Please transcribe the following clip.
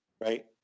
right